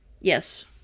Yes